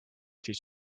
did